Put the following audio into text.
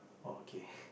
okay